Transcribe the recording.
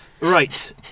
right